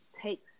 takes